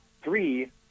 three